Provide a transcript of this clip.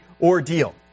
ordeal